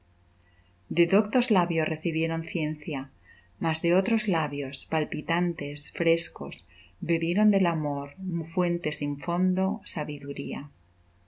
de doctos labios recibieron ciencia mas de otros labios palpitantes frescos bebieron del amor fuente sin fondo sabiduría